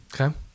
Okay